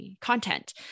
content